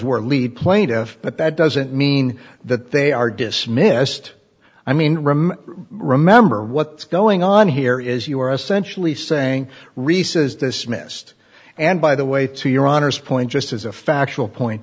we're a lead plaintiff but that doesn't mean that they are dismissed i mean remember what's going on here is you are essentially saying reese is dismissed and by the way to your honor's point just as a factual point